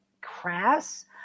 crass